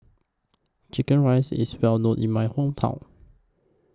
Chicken Rice IS Well known in My Hometown